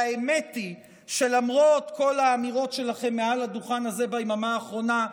והאמת היא שלמרות כל האמירות שלכם מעל הדוכן הזה ביממה האחרונה,